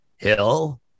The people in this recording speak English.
Hill